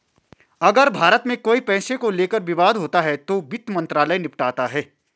अगर भारत में कोई पैसे को लेकर विवाद होता है तो वित्त मंत्रालय निपटाता है